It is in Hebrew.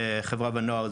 חברה ונוער,